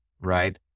right